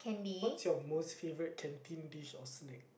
what's your most favourite canteen dish or snack